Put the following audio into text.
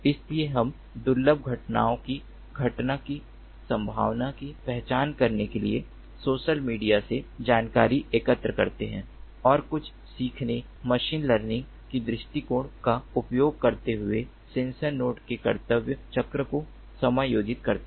इसलिए हम दुर्लभ घटनाओं की घटना की संभावना की पहचान करने के लिए सोशल मीडिया से जानकारी एकत्र करते हैं और कुछ सीखने मशीन लर्निंग के दृष्टिकोण का उपयोग करते हुए सेंसर नोड के कर्तव्य चक्र को समायोजित करते हैं